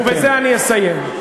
ובזה אני אסיים: